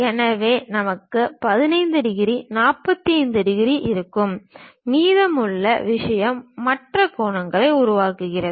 எனவே நமக்கு 15 degree 45 degree இருக்கும் மீதமுள்ள விஷயம் மற்ற கோணங்களை உருவாக்குகிறது